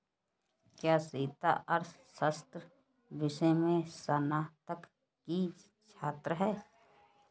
क्या सीता अर्थशास्त्र विषय में स्नातक की छात्रा है?